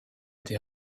des